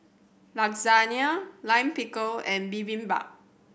Lasagne Lime Pickle and Bibimbap